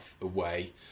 away